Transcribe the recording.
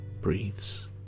breathes